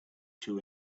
two